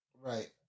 Right